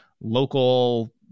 local